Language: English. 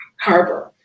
harbor